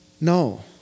No